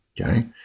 okay